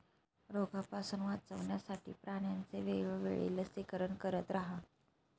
रोगापासून वाचवण्यासाठी प्राण्यांचे वेळोवेळी लसीकरण करत रहा